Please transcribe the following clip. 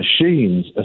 machines